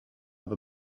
have